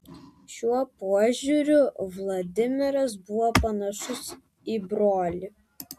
šiuo požiūriu vladimiras buvo panašus į brolį